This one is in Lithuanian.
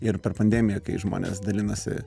ir per pandemiją kai žmonės dalinasi